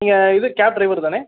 நீங்கள் இது cab driver தானே